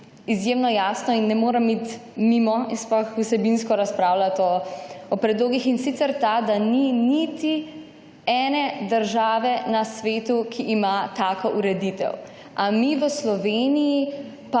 izjemno jasno in ne morem iti mimo in sploh vsebinsko razpravljati o predlogih in sicer ta, da ni niti ene države na svetu, ki ima tako ureditev. Ali mi v Sloveniji pa